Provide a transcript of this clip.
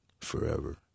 forever